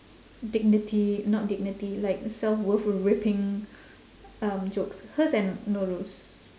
dignity not dignity like self-worth ripping um jokes hers and nurul's